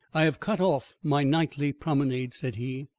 i have cut off my nightly promenade, said he.